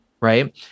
right